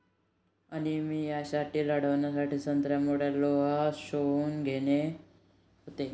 अनिमियाशी लढण्यासाठी संत्र्यामुळे लोह शोषून घेणे सोपे होते